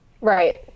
Right